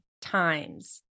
times